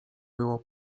było